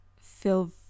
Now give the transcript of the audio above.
feel